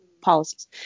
policies